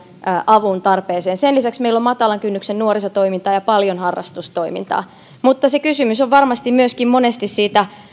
avun tarpeeseen sen lisäksi meillä on matalan kynnyksen nuorisotoimintaa ja paljon harrastustoimintaa mutta se kysymys on varmasti myöskin monesti siitä